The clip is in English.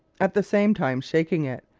at the same time shaking it,